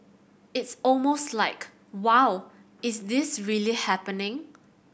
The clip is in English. it's almost like Wow is this really happening